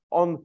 on